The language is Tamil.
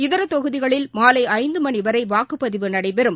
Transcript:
இதரதொகுதிகளில் மாலைஐந்துமணிவரைவாக்குப்பதிவு நடைபெறும்